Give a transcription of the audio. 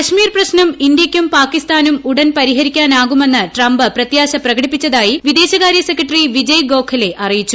കശ്മീർ പ്രശ്നം ഇന്ത്യയ്ക്കും പാകിസ്ഥാനും ഉടൻ പരിഹരിക്കാനാകുമെന്ന് ട്രംപ് പ്രത്യാശ പ്രകടിപ്പിച്ചതായി വിദേശകാര്യ സെക്രട്ടറി വിജയ് ഗോഖലെ അറിയിച്ചു